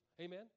Amen